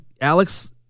Alex